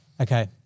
Okay